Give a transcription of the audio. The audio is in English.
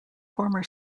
former